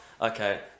Okay